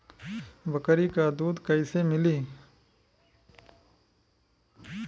बकरी क दूध कईसे मिली?